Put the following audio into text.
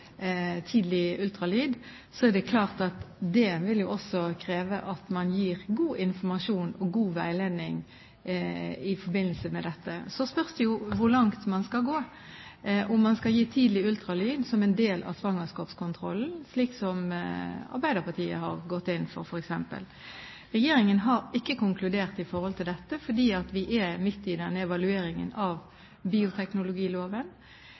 forbindelse med dette. Så spørs det jo hvor langt man skal gå – om man skal gi tidlig ultralyd som en del av svangerskapskontrollen, slik som Arbeiderpartiet har gått inn for, f.eks. Regjeringen har ikke konkludert i forhold til dette fordi vi er midt i evalueringen av bioteknologiloven.